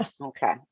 Okay